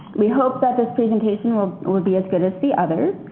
we hope that this presentation will will be as good as the others.